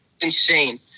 insane